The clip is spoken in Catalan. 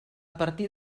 partir